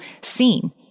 seen